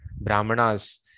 brahmanas